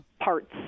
parts